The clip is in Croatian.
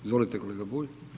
Izvolite kolega Bulj.